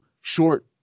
short